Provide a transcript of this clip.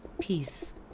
peace